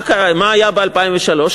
מה היה ב-2003?